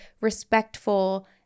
respectful